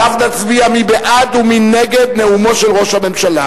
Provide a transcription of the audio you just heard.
שעליו נצביע מי בעד ומי נגד נאומו של ראש הממשלה,